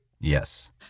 yes